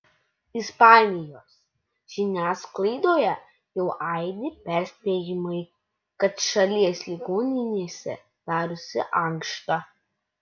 ispanijos žiniasklaidoje jau aidi perspėjimai kad šalies ligoninėse darosi ankšta